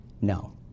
No